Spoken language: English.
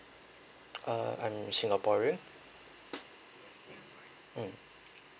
uh I'm singaporean um